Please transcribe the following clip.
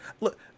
look